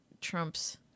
trump's